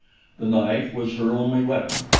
the knife was her only weapon.